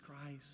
Christ